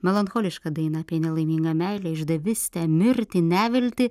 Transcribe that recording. melancholiška daina apie nelaimingą meilę išdavystę mirtį neviltį